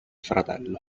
fratello